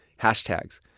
Hashtags